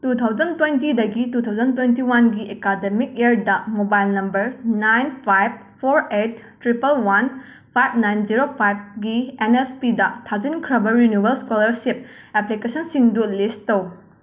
two thousand ꯇꯣꯏꯟꯇꯤꯗꯒꯤ two thousand twenty ꯋꯥꯟꯒꯤ academic ꯌꯔꯗꯥ mobile number nine five four eight triple one five nine zero ꯐꯥꯏꯞꯒꯤ N S ꯄꯤꯗ ꯊꯥꯖꯤꯟꯈ꯭ꯔꯕ renewal scholarship ꯑꯦꯄ꯭ꯂꯤꯀꯦꯁꯟꯁꯤꯡꯗꯨ ꯂꯤꯁ ꯇꯧ